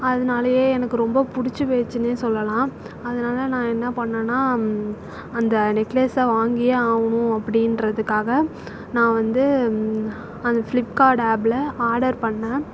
அதனாலயே எனக்கு ரொம்ப பிடிச்சி போய்டுச்சினே சொல்லலாம் அதனால நான் என்ன பண்ணேனா அந்த நெக்லஸை வாங்கியே ஆகணும் அப்படின்றதுக்காக நான் வந்து அந்த ஃப்ளிப்கார்ட் ஆப்பில் ஆடர் பண்ணேன்